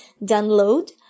download